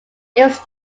was